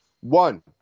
One